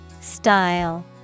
Style